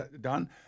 done